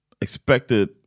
expected